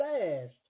fast